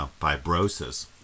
fibrosis